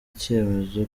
icyemezo